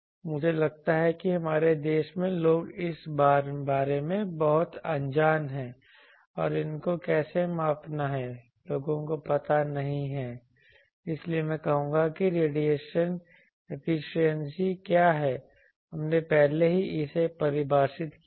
मुझे लगता है कि हमारे देश में लोग इस बारे में बहुत अनजान हैं और इनको कैसे मापना है लोगों को पता नहीं है इसलिए मैं कहूंगा कि रेडिएशन एफिशिएंसी क्या है हमने पहले ही इसे परिभाषित किया है